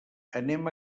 anem